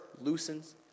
loosens